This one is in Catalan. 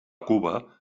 cuba